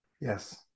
Yes